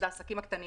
שהם העסקים הקטנים.